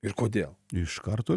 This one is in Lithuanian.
ir kodėl iš karto